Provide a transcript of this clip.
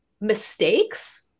mistakes